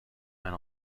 and